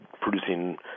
producing